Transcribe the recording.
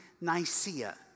Nicaea